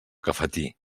cafetí